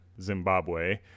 Zimbabwe